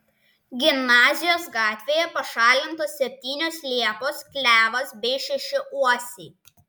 gimnazijos gatvėje pašalintos septynios liepos klevas bei šeši uosiai